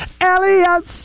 Elias